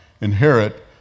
inherit